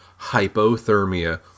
hypothermia